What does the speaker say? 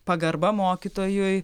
pagarba mokytojui